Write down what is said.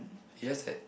yes is it